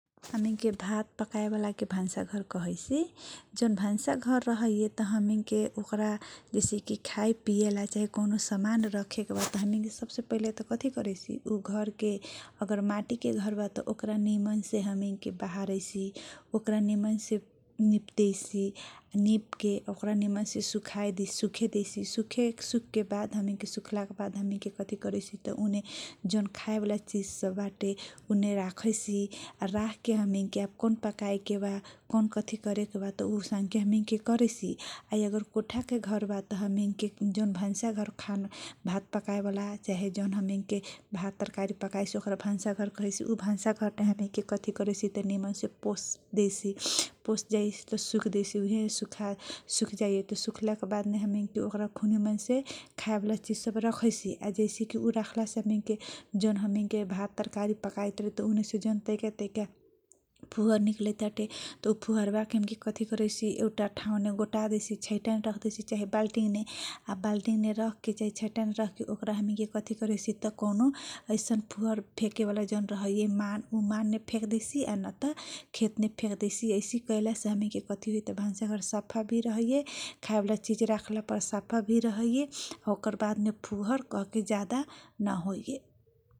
भात पकाएवाला के भान्साघर कैसी जाउन भान्सा घर रहइए त हामिन के ओकरा खाए पिएला चाहे कौनु समान राखेवाला ओकारा सबसे पहिले ऊ घर के माटके घर बाट ओकारा निमन से बहरा इसी ओकारा निमन से निपैसी निप्के ओकरा निमन से सुखा देसी ओखरा बाद सुखाके बाद ओकरा हामी के जन खाएवाला चिज बाते त राखैसी राखे के हामी के कथी पकाए के बा कति करे के बा औसांख्य हामी के करैसी अगर कोठा के घरबा त हामी के जाउन भान्साघर बाटे चाहे भात पकाए वाला चाहे जन भात तरकारी वाला ओकारा हामी के भान्सा घर कह इसी भान्सा घरमे हमके कथी करैसी त निमन से पोस्तेसी त सुखाई सुखा जाइसी शुक्ला के बाद मे ओकारा खुब निमन से खाए वाला चिज सब राखैसी जैसे उ रखलासे हामी के भात तरकारी तरकारी उ फोहर बाँके कति करैसी एगो ठाउँमे गोटा देसी चाहे छोटा मे राख्दैसी चाहे बाल चाहे बाल्टिङ मे राख्दैसी ओकरा हामी के कति करैसी त कौनो ऐसान फोहर फेकेवाला मान रहित ऊ मान मे फेक्दैसी न त खेतमे फेक्दैसी ऐसन के कति होइए भान्सा घर सफा भी र इए खाइवाला चिज राख्ला पर साफाभी रहहिए ओकर बाद मे फोहर सब नहोए ।